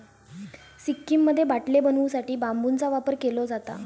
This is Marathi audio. सिक्कीममध्ये बाटले बनवू साठी बांबूचा वापर केलो जाता